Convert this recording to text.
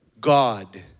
God